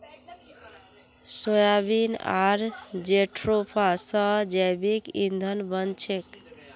soybean आर jatropha स जैविक ईंधन बन छेक